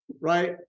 right